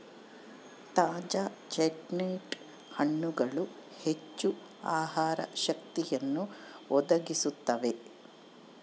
ತಾಜಾ ಚೆಸ್ಟ್ನಟ್ ಹಣ್ಣುಗಳು ಹೆಚ್ಚು ಆಹಾರ ಶಕ್ತಿಯನ್ನು ಒದಗಿಸುತ್ತವೆ